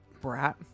brat